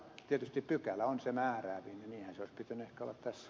tietysti pykälä on silmääkään mielessä kytenyt kalkas